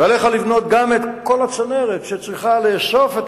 ועליך לבנות גם את כל הצנרת שצריכה לאסוף את